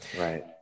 Right